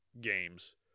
games